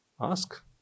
Ask